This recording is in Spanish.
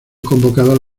convocadas